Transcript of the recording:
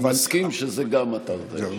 אבל אני מסכים שזה גם אתר תיירות.